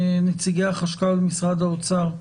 נציגי החשכ"ל, משרד האוצר,